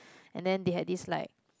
and then they had this like